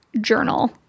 journal